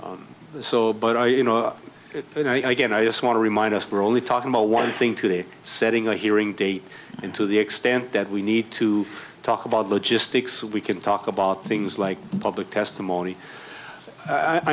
each so but i you know again i just want to remind us we're only talking about one thing today setting a hearing date into the extent that we need to talk about logistics we can talk about things like public testimony i